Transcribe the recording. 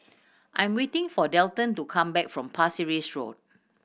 I am waiting for Dalton to come back from Pasir Ris Road